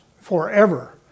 forever